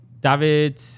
David